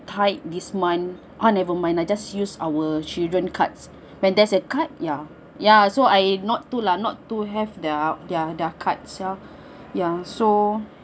tight this month ah never mind lah I just use our children cards when there's a card ya ya so I not to lah not to have their their their cards ya ya so